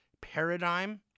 paradigm